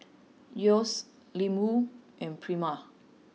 Yeo's Ling Wu and Prima